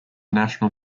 national